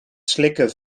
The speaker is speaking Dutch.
slikken